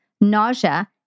nausea